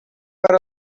per